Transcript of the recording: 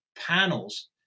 panels